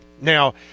Now